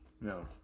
No